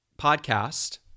podcast